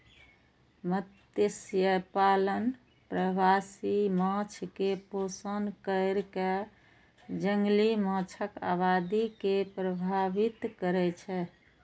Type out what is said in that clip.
मत्स्यपालन प्रवासी माछ कें पोषण कैर कें जंगली माछक आबादी के प्रभावित करै छै